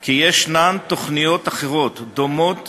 כי ישנן תוכניות אחרות דומות